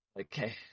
Okay